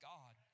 God